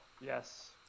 Yes